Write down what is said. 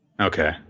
Okay